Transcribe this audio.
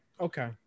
okay